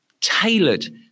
tailored